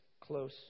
close